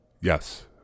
Yes